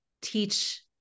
teach